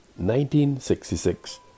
1966